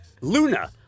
Luna